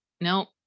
nope